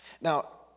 Now